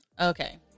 Okay